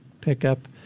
pickup